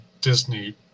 Disney